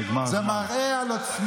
נגמר הזמן.